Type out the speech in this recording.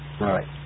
Right